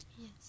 Yes